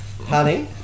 honey